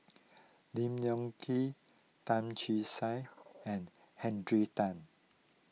Lim Leong Kee Tan Che Sang and Henry Tan